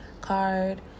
card